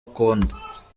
akunda